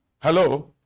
Hello